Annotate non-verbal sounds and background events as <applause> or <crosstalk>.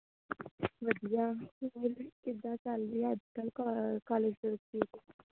ਵਧੀਆ ਕਿਵੇਂ ਕਿੱਦਾਂ ਚੱਲ ਰਿਹਾ ਅੱਜ ਕੱਲ ਕੋ ਕੋਲੇਜ <unintelligible>